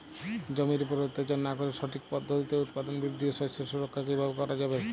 জমির উপর অত্যাচার না করে সঠিক পদ্ধতিতে উৎপাদন বৃদ্ধি ও শস্য সুরক্ষা কীভাবে করা যাবে?